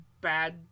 bad